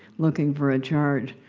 looking for a charge.